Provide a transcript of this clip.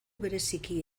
bereziki